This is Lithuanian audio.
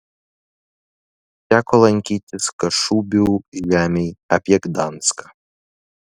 teko lankytis kašubių žemėj apie gdanską